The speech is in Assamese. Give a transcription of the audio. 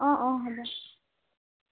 অ' অ' হ'ব